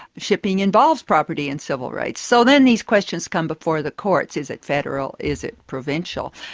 shipping involves property and civil rights. so then these questions come before the courts. is it federal, is it provincial?